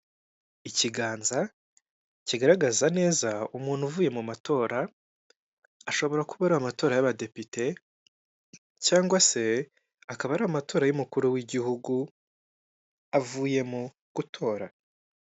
Ikiganza kigaragaza neza umuntu uvuye mu matora, ashobora kuba ari amatora y'abadepite cyangwa se akaba ari amatora y'umukuru w'igihugu avuyemo gutora.